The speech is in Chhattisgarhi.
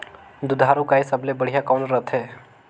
दुधारू गाय सबले बढ़िया कौन रथे?